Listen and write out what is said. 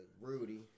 Rudy